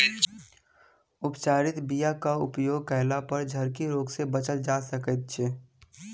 उपचारित बीयाक उपयोग कयलापर झरकी रोग सँ बचल जा सकैत अछि